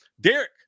Derek